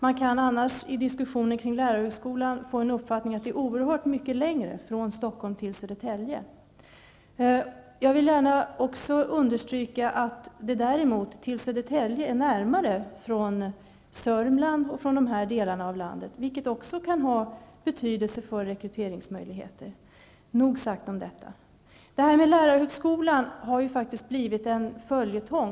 Man kan annars i diskussionen kring lärarhögskolan få uppfattningen att det är oerhört mycket längre från Stockholm till Södertälje. Jag vill gärna understryka att det däremot är närmare till Södertälje från t.ex. orter i Sörmland, vilket också kan ha betydelse för rekryteringsmöjligheterna. Frågan om lärarhögskolan har blivit en följetong.